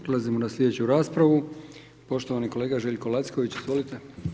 Ulazimo na slijedeću raspravu, poštovani kolega Željko Lacković izvolite.